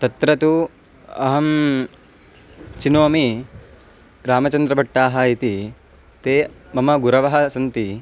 तत्र तु अहं चिनोमि रामचन्द्रभट्टाः इति ते मम गुरवः सन्ति